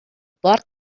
porc